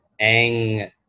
ang